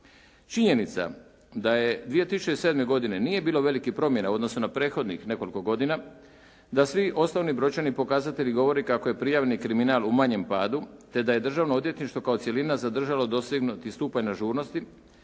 Činjenica da 2007. godine nije bilo velikih promjena u odnosu na prethodnih nekoliko godina, da svi osnovni brojčani pokazatelji govore kako je prijavni kriminal u manjem padu te da je državno odvjetništvo kao cjelina zadržalo dosegnuti stupanj ažurnosti